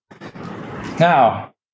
Now